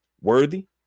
Worthy